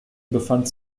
befand